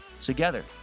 together